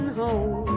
home